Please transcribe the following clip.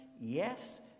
Yes